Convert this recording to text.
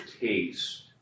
taste